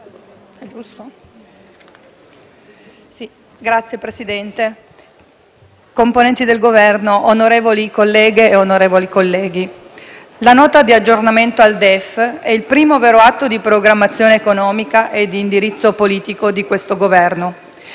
Signor Presidente, componenti del Governo, onorevoli colleghe e colleghi, la Nota di aggiornamento al DEF è il primo vero atto di programmazione economica e di indirizzo politico di questo Governo.